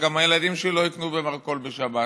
שגם הילדים שלי לא יקנו במרכול בשבת.